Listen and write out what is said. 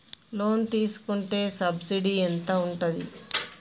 Loan తీసుకుంటే subsidy ఎంత ఉంటది?